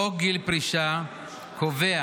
חוק גיל פרישה קובע